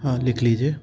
हाँ लिख लीजिए